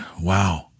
wow